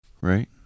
right